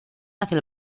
hacia